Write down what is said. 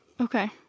okay